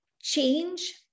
change